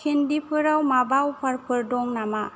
केन्डिफोराव माबा अफारफोर दङ नामा